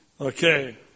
Okay